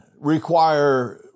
require